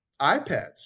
iPads